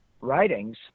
writings